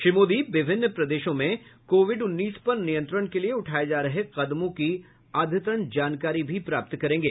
श्री मोदी विभिन्न प्रदेशों में कोविड उन्नीस पर नियंत्रण के लिए उठाये जा रहे कदमों की अद्यतन जानकारी भी प्राप्त करेंगे